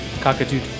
Cockatoo